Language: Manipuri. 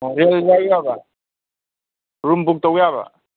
ꯑꯣ ꯔꯦꯟ ꯂꯩꯕ ꯌꯥꯕ꯭ꯔꯥ ꯔꯨꯝ ꯕꯨꯛ ꯇꯧ ꯌꯥꯕ꯭ꯔ